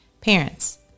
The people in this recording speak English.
Parents